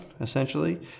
essentially